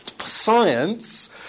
Science